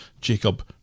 Jacob